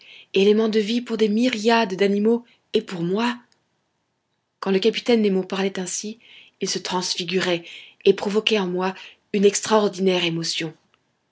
élément de vie pour des myriades d'animaux et pour moi quand le capitaine nemo parlait ainsi il se transfigurait et provoquait en moi une extraordinaire émotion